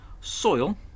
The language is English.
Soil